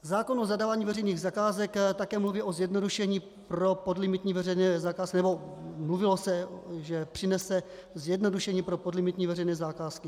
Zákon o zadávání veřejných zakázek také mluví o zjednodušení pro podlimitní veřejné zakázky, nebo mluvilo se, že přinese zjednodušení pro podlimitní veřejné zakázky.